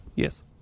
Yes